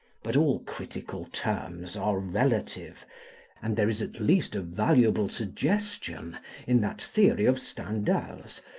but all critical terms are relative and there is at least a valuable suggestion in that theory of stendhal's,